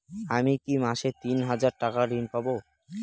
আমি কি মাসে তিন হাজার টাকার ঋণ পাবো?